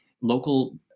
local